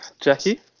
Jackie